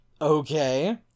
Okay